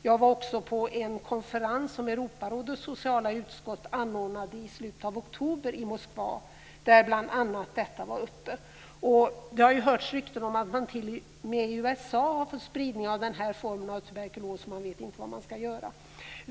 Jag deltog i en konferens, som Europarådets sociala utskott anordnade i slutet av oktober i Moskva, där bl.a. denna fråga togs upp. Det har hörts rykten om att den här formen av tuberkulos har fått spridning t.o.m. i USA och att man inte vet vad man ska göra.